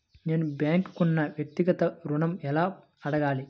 నేను బ్యాంక్ను వ్యక్తిగత ఋణం ఎలా అడగాలి?